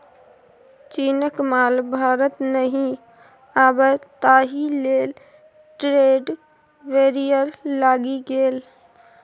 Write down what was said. चीनक माल भारत नहि आबय ताहि लेल ट्रेड बैरियर लागि गेल